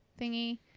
thingy